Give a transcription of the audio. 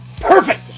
Perfect